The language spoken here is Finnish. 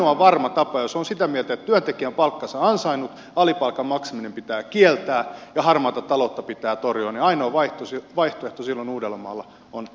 ainoa varma tapa jos on sitä mieltä että työntekijä on palkkansa ansainnut alipalkan maksaminen pitää kieltää ja harmaata taloutta pitää torjua ainoa vaihtoehto silloin uudellamaalla on äänestää sdptä